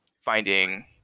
finding